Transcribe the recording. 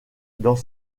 dans